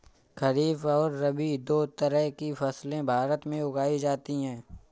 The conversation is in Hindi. खरीप और रबी दो तरह की फैसले भारत में उगाई जाती है